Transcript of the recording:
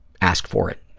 ask for it,